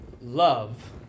love